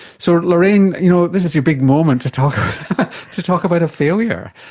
so lorraine, you know this is your big moment to talk to talk about a failure.